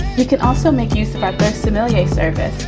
you can also make use of our somalia service.